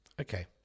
Okay